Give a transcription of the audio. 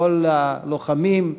לכל הלוחמים,